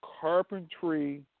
Carpentry